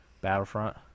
Battlefront